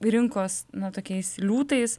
rinkos nu tokiais liūtais